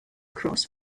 cross